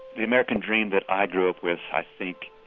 the american dream that i grew up with, i think,